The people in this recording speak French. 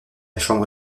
chambre